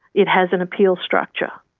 it has an appeal structure.